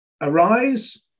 arise